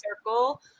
circle